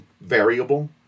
variable